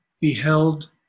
beheld